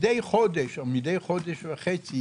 מדי חודש או מדי חודש וחצי